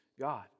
God